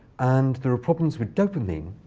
and there are problems with dopamine.